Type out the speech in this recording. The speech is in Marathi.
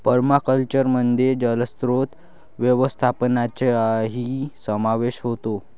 पर्माकल्चरमध्ये जलस्रोत व्यवस्थापनाचाही समावेश होतो